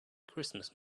christmas